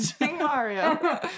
Mario